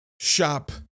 Shop